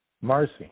Marcy